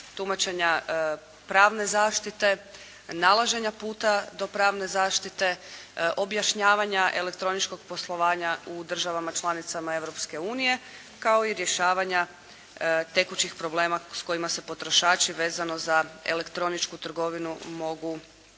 tumačenja pravne zaštite, nalaženja puta do pravne zaštite, objašnjavanja elektroničkog poslovanja u državama članicama Europske unije kao i rješavanja tekućih problema s kojima se potrošači vezano za elektroničku trgovinu mogu